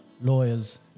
lawyers